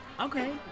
Okay